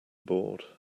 board